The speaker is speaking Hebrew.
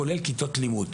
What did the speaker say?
כולל כיתות לימוד,